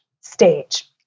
stage